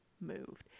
moved